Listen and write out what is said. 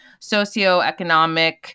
socioeconomic